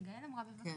שגאל אמרה, בבקשה.